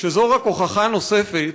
הוכחה נוספת,